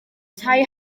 tai